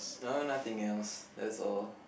no nothing else that's all